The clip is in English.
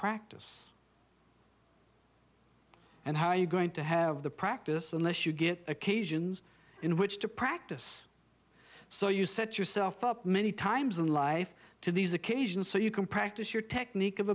practice and how are you going to have the practice unless you get occasions in which to practice so you set yourself up many times in life to these occasions so you can practice your technique of